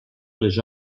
les